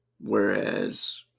Whereas